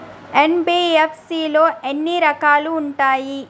NBFC లో ఎన్ని రకాలు ఉంటాయి?